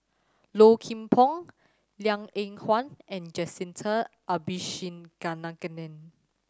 Low Kim Pong Liang Eng Hwa and Jacintha Abisheganaden